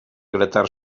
gratar